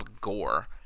gore